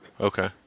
Okay